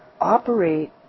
operate